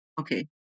Okay